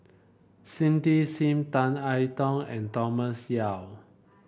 Cindy Sim Tan I Tong and Thomas Yeo